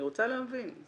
אני רוצה להבין.